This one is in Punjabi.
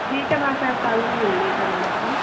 ਠੀਕ ਹੈ ਮੈਂ ਫਿਰ ਕੱਲ੍ਹ ਨੂੰ ਮਿਲਦੀ ਤੁਹਾਨੂੰ ਹੈ ਨਾ